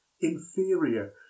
inferior